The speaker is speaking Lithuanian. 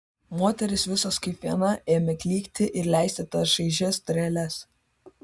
moterys visos kaip viena ėmė klykti ir leisti tas šaižias treles